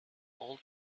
old